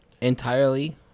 entirely